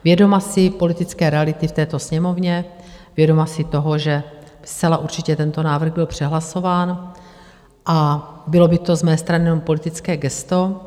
Vědoma si politické reality v této Sněmovně, vědoma si toho, že zcela určitě tento návrh byl přehlasován a bylo by to z mé strany jenom politické gesto.